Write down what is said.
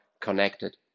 connected